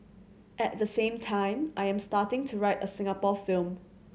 at the same time I am starting to write a Singapore film